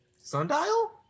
Sundial